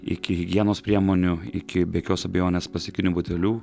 iki higienos priemonių iki be jokios abejonės plastikinių butelių